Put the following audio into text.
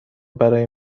برای